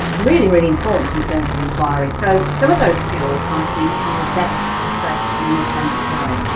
really, really important in terms of inquiry. so some of those skills i think are best assessed in an authentic way.